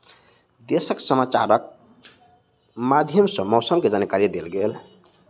देशक समाचारक माध्यम सॅ मौसम के जानकारी देल गेल